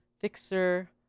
fixer